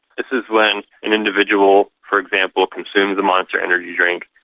this is when an individual, for example, consumes a monster energy drink,